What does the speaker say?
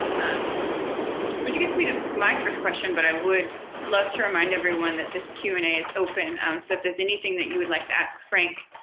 um which gets me to my first question, but i would love to remind everyone that this q and a is open. um so if there's anything that you would like to ask frank,